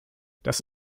das